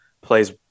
plays